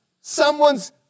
someone's